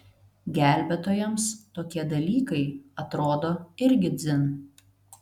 gelbėtojams tokie dalykai atrodo irgi dzin